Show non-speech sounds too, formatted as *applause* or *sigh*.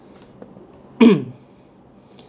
*coughs*